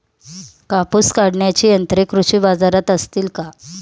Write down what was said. कापूस काढण्याची यंत्रे कृषी बाजारात असतील का?